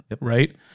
right